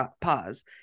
pause